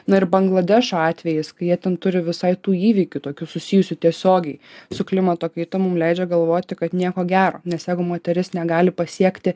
na ir bangladešo atvejis kai jie ten turi visai tų įvykių tokių susijusių tiesiogiai su klimato kaita mum leidžia galvoti kad nieko gero nes jeigu moteris negali pasiekti